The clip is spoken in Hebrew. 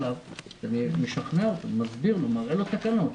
אני משכנע אותו ומסביר לו ומראה לו את התקנות.